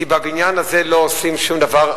כי בבניין הזה לא עושים שום דבר,